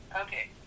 Okay